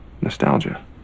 Nostalgia